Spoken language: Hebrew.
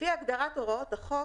לפי הגדרת הוראות החוק,